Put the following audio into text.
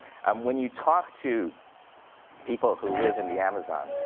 um when you talk to people who live in the amazon,